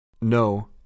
No